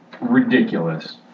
ridiculous